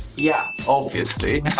yeah! obviously!